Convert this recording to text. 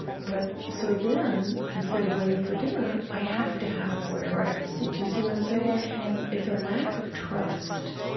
but, so then, instead of waiting for dinner, i have to have whatever i have to. do you see what i'm saying? yeah. yeah it's a lack of trust.